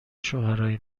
شوهرای